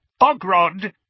Bogrod